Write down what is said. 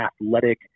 athletic